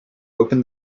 open